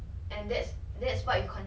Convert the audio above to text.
to 我 lah 对 lor